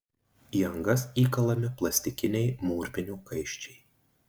į angas įkalami plastikiniai mūrvinių kaiščiai